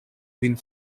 vin